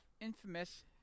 infamous